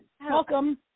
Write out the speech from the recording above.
Welcome